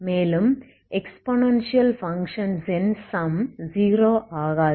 மேலும் exponential functions ன் sum 0 ஆகாது